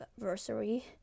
anniversary